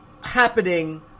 happening